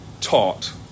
taught